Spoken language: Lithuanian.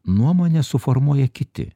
nuomonę suformuoja kiti